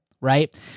Right